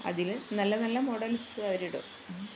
അതില് നല്ല നല്ല മോഡൽസ് അവരിടും